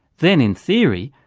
then, in theory,